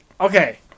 okay